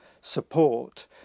support